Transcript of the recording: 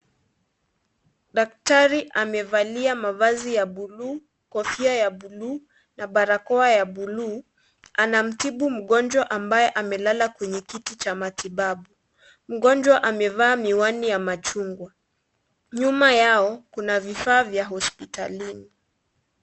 Daktari amevalia mavazi ya bluu, Kofia ya bluu na barakoa ya bluu ,anamtibu mgonjwa ambaye amelala kwenye kiti cha matibabu , mgonjwa amevaa miwani ya machungwa ,nyuma yao kuna vifaa vya hospitalini.